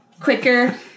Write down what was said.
quicker